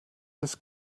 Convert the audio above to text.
this